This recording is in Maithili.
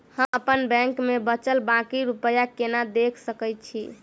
हम अप्पन बैंक मे बचल बाकी रुपया केना देख सकय छी?